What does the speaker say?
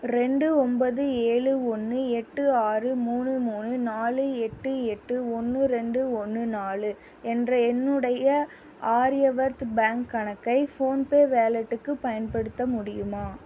ரெண்டு ஒம்பது ஏழு ஒன்று எட்டு ஆறு மூணு மூணு நாலு எட்டு எட்டு ஒன்று ரெண்டு ஒன்று நாலு என்ற என்னுடைய ஆரியவர்த் பேங்க் கணக்கை ஃபோன்பே வாலெட்டுக்கு பயன்படுத்த முடியுமா